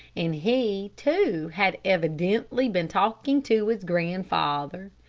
and he, too, had evidently been talking to his grandfather.